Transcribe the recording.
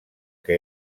que